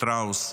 שטראוס,